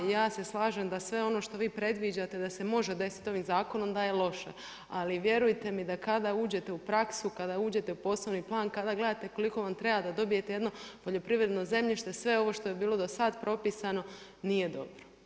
Ja se slažem da sve ono što vi predviđate da se može desiti ovim zakonom da je loše, ali vjerujte mi da kada uđete u praksu, kada uđete u poslovni plan, kada gledate koliko vam treba da dobijete jedno poljoprivredno zemljište sve ovo što je bilo do sada propisano nije dobro.